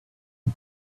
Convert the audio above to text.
him